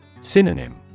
Synonym